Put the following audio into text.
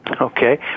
Okay